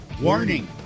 warning